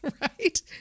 right